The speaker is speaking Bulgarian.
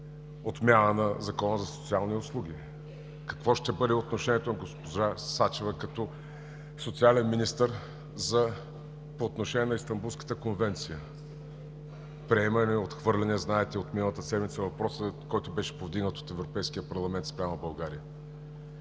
отмяна на Закона за социалните услуги; какво ще бъде отношението на госпожа Сачева като социален министър по отношение на Истанбулската конвенция – приема ли я, отхвърля ли я?! Знаете, от миналата седмица е въпросът, който беше повдигнат от Европейския парламент, спрямо България.